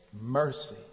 mercy